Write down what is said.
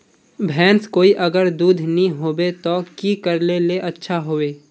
भैंस कोई अगर दूध नि होबे तो की करले ले अच्छा होवे?